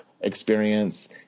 experience